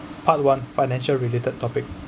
part one financial related topic